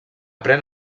pren